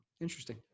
Interesting